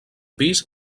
pis